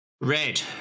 Red